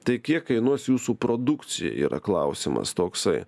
tai kiek kainuos jūsų produkcija yra klausimas toksai